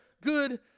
good